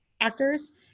actors